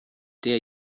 der